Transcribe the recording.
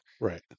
Right